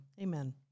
Amen